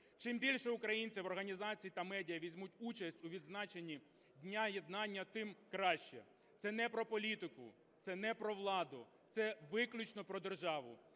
Чим більше українців, організацій та медіа візьмуть участь у відзначенні Дня єднання, тим краще. Це не про політику, це не про владу, це виключно про державу.